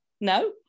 No